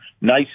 nice